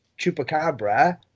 chupacabra